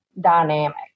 dynamic